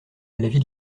l’avis